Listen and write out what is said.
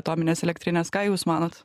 atominės elektrinės ką jūs manot